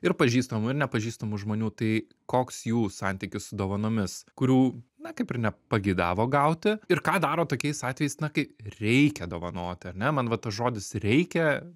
ir pažįstamų ir nepažįstamų žmonių tai koks jų santykis su dovanomis kurių na kaip ir nepageidavo gauti ir ką daro tokiais atvejais na kai reikia dovanoti ar ne man va tas žodis reikia